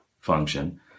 function